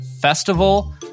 festival